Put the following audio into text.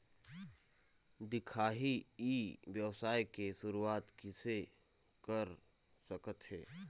दिखाही ई व्यवसाय के शुरुआत किसे कर सकत हे?